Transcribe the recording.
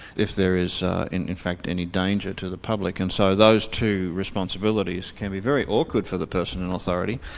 if there is in in fact any danger to the public. and so those two responsibilities can be very awkward for the person in authority,